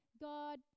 God